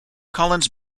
collins